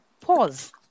pause